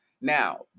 Now